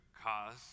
cause